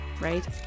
right